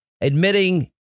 Admitting